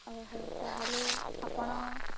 ହଉ ହଉ ତା'ହାଲେ ଆପଣ